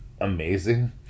amazing